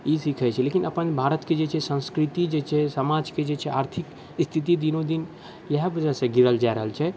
ई सिखै छै लेकिन अपन भारतके जे छै संस्कृतिके जे छै समाजके जे छै आर्थिक स्थिति दिनोदिन इएह बजहसँ गिरल जा रहल छै